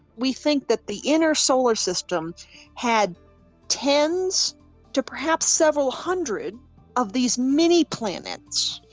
we think that the inner solar system had tens to perhaps several hundred of these mini planets.